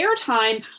airtime